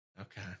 Okay